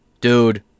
dude